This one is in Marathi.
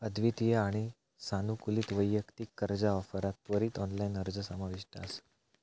अद्वितीय आणि सानुकूलित वैयक्तिक कर्जा ऑफरात त्वरित ऑनलाइन अर्ज समाविष्ट असा